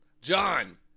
John